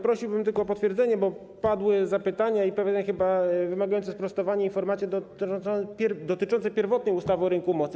Prosiłbym tylko o potwierdzenie, bo padły zapytania i pewne chyba wymagające sprostowania informacje dotyczące pierwotnej ustawy o rynku mocy.